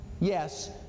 yes